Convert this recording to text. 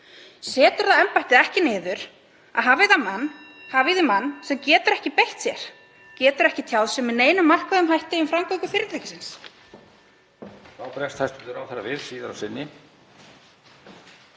Setur það embættið ekki niður að hafa þar mann sem getur ekki beitt sér, getur ekki tjáð sig með neinum markverðum hætti um framgöngu fyrirtækisins?